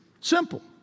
Simple